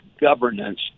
governance